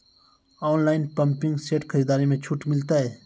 Online pumping set खरीदारी मे छूट मिलता?